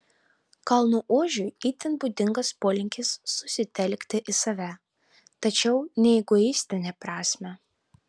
kalnų ožiui itin būdingas polinkis susitelkti į save tačiau ne egoistine prasme